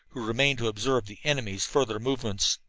who remained to observe the enemy's further movements.